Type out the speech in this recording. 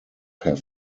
per